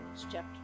chapter